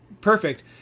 perfect